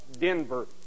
Denver